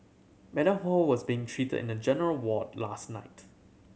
Madam Ho was being treated in a general ward last night